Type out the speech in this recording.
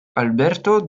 alberto